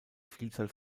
vielzahl